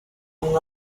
and